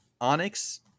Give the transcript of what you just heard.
Onyx